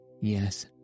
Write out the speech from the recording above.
Yes